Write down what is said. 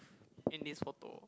in this photo